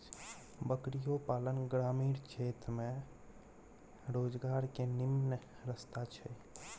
बकरियो पालन ग्रामीण क्षेत्र में रोजगार के निम्मन रस्ता छइ